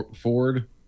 Ford